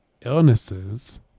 illnesses